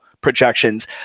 projections